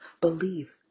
believe